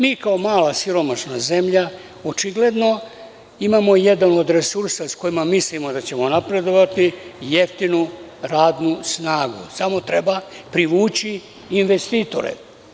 Mi kao mala siromašna zemlja, očigledno imamo jedan od resursa s kojima mislimo da ćemo napredovati, jeftinu radnu snagu, samo treba privući investitore.